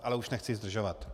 Ale už nechci zdržovat.